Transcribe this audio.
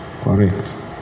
Correct